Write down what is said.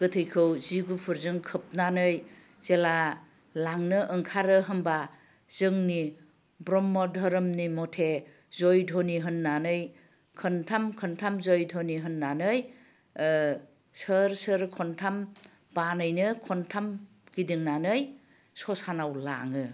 गोथैखौ जि गुफुरजों खोबनानै जेब्ला लांनो ओंखारो होनबा जोंनि ब्रह्म धोरोमनि मथे जय ध्व'नि होननानै खोनथाम खोनथाम जय ध्वनि होननानै सोर सोर खनथाम बानैनो खनथाम गिदिंनानै ससानाव लाङो